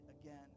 again